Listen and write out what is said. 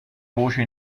voce